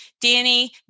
Danny